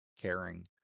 caring